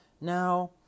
Now